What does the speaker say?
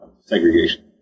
segregation